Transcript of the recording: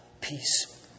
peace